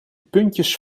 puntjes